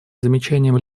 замечанием